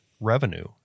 revenue